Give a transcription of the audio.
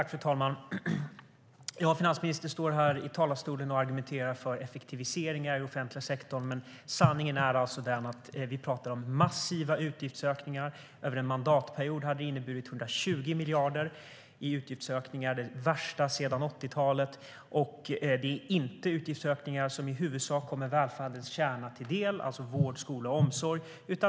Fru talman! Finansministern står här i talarstolen och argumenterar för effektiviseringar i offentliga sektorn. Men sanningen är den att vi talar om massiva utgiftsökningar. Över en mandatperiod hade det inneburit 120 miljarder i utgiftsökningar, det värsta sedan 80-talet. Det är inte utgiftsökningar som i huvudsak kommer välfärdens kärna till del, det vill säga vård, skola och omsorg.